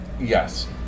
yes